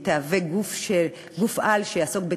והיא תהווה גוף-על שיעסוק בתיאום,